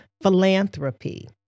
philanthropy